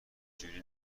جوره